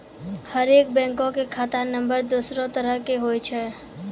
हरेक बैंको के खाता नम्बर दोसरो तरह के होय छै